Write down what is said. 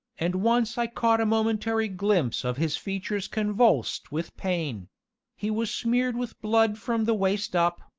and once i caught a momentary glimpse of his features convulsed with pain he was smeared with blood from the waist up,